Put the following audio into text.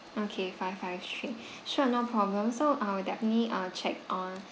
okay five five three sure no problem so I'll definitely uh check on